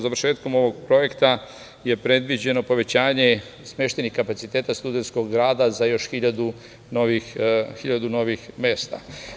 Završetkom ovog projekta je predviđeno povećanje smeštajnih kapaciteta Studentskog grada za još 1.000 novih mesta.